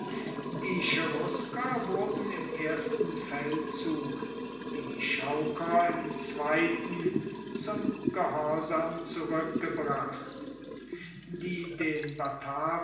die cherusker wurden im ersten feldzug die chauker im zweiten zum gehorsam zurückgebracht die den